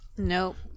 Nope